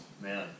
Man